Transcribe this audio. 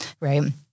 Right